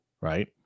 Right